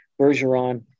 Bergeron